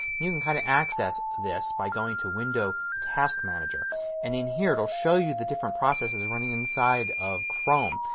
you can kind of access this by going to window task manager and in here it will show you the different processes running inside of chrome.